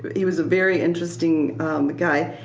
he was a very interesting guy.